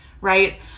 right